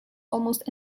almost